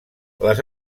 les